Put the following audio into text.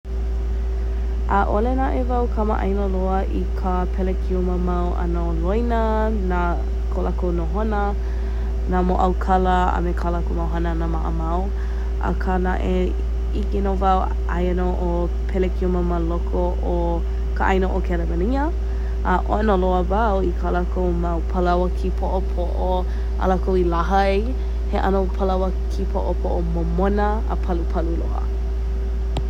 ʻAʻole naʻe wau kamaʻaina loa i ka Pelekiumamau ano loina nā ko lākou nohona, nā moʻaokala a me kala kū mau hana a me maʻamau akā naʻe ʻike no wau aia no o Pelekiumamau ma loko o ka ʻaina o Kelemelinia a ʻono loa wau ka lākou mau palaoa ki poʻopoʻo ā lākou i lahai, he ano palaoa kipoʻopoʻo momona a palupalu loa.